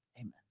Amen